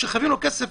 שחייבים לו כסף,